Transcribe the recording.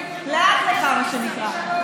לאט לך, מה שנקרא.